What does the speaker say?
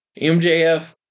MJF